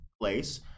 Place